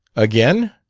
again?